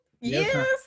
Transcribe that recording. yes